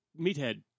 Meathead